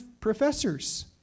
professors